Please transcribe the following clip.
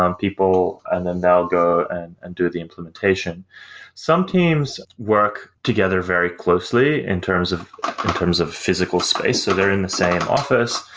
um people and then now go and and do the implementation some teams work together very closely in terms of terms of physical space. so they're in the same office.